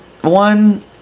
one